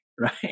right